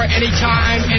anytime